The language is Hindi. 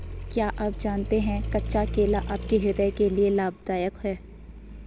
क्या आप जानते है कच्चा केला आपके हृदय के लिए लाभदायक है?